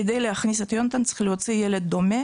כדי להכניס את יונתן צריך להוציא ילד דומה